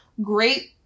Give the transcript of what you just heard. great